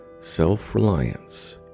self-reliance